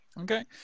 Okay